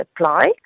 apply